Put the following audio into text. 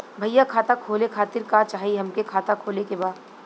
भईया खाता खोले खातिर का चाही हमके खाता खोले के बा?